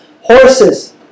Horses